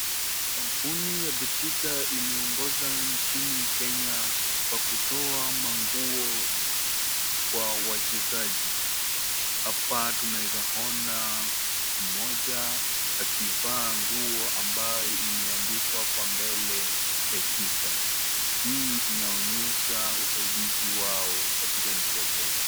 Kampuni ya Betika imeongoza nchini Kenya kwa kutoa manguo kwa wachezaji. Hapa tunaweza ona mtu mmoja akivaa nguo ambayo imeandikwa kwa mbele Betika hii inaonyesha usaidizi wao katika nchi ya Kenya.